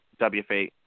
WFA